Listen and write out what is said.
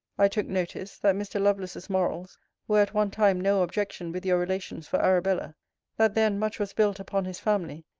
i took notice, that mr. lovelace's morals were at one time no objection with your relations for arabella that then much was built upon his family,